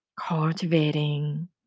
cultivating